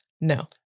No